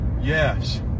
Yes